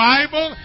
Bible